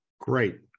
Great